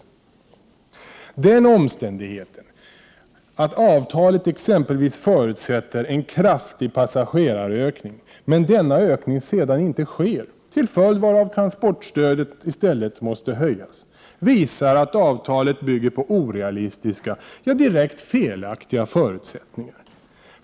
Den omständigheten att avtalet exempelvis förutsätter en kraftig passagerarökning men denna ökning sedan inte sker varför transportstödet i stället måste höjas, visar att avtalet bygger på orealistiska, ja, direkt felaktiga förutsättningar.